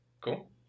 Cool